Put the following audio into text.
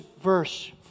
verse